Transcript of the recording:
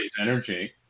energy